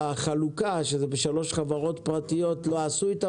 החלוקה שהיא בשלוש חברות פרטיות לא עשו את עבודתן.